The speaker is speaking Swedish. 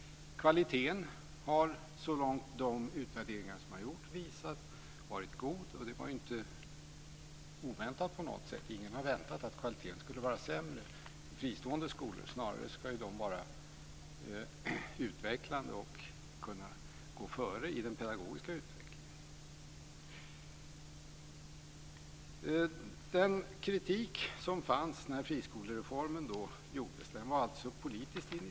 Kvaliteten har så långt som de utvärderingar som har gjorts visar varit god, vilket inte var oväntat på något sätt. Ingen hade väntat att kvaliteten skulle vara sämre i fristående skolor. Snarare ska ju de vara utvecklande och kunna gå före i den pedagogiska utvecklingen. Den kritik som fanns när friskolereformen gjordes var alltså politiskt initierad.